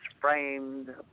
framed